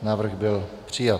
Návrh byl přijat.